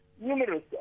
numerous